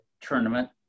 tournament